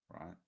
right